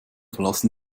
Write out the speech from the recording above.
verlassen